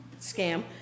scam